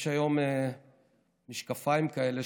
יש היום משקפיים כאלה,